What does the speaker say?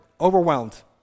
overwhelmed